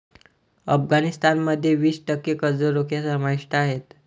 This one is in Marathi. अफगाणिस्तान मध्ये वीस टक्के कर्ज रोखे समाविष्ट आहेत